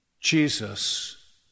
Jesus